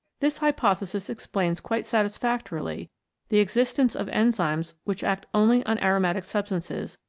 this hypothesis explains quite satisfactorily the existence of enzymes which act only on aromatic substances,